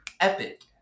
Epic